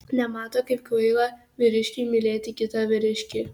nemato kaip kvaila vyriškiui mylėti kitą vyriškį